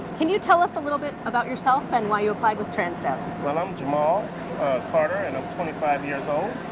can you tell us a little bit about yourself, and why you applied with transdev. well, i'm jamal carter, and i'm twenty five years old.